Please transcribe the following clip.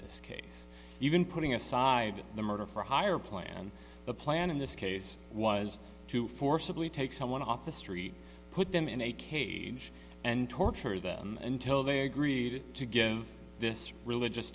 this case even putting aside the murder for hire plan the plan in this case was to forcibly take someone off the street put them in a cage and torture them until they agreed to give this religious